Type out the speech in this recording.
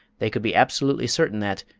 they could be absolutely certain that,